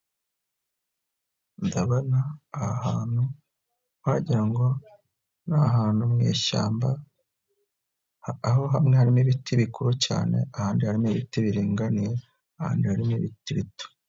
Ndabona, aha ahantu wagira ngo ni ahantu mu ishyamba, aho hamwe harimo ibiti bikuru cyane, ahandi harimo ibiti biringaniye, ahandi harimo ibiti bito.